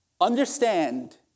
Understand